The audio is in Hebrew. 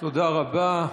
תודה רבה.